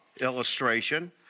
illustration